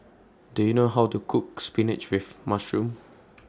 Do YOU know How to Cook Spinach with Mushroom